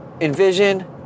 envision